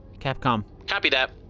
capcom copy that.